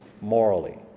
morally